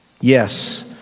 Yes